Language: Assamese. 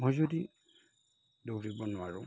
মই যদি দৌৰিব নোৱাৰোঁ